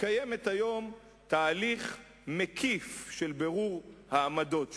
מקיימת היום תהליך מקיף של בירור העמדות שלה,